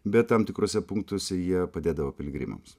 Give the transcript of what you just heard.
bet tam tikruose punktuose jie padėdavo piligrimams